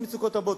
יש מצוקות רבות,